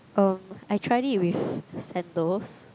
um I tried it with sandals